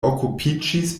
okupiĝis